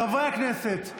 חברי הכנסת,